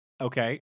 Okay